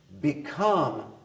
become